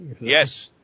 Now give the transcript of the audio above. Yes